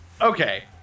Okay